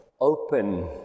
open